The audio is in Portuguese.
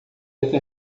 até